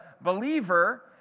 believer